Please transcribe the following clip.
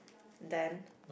then